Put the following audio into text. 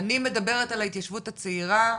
אני מדברת על ההתיישבות הצעירה.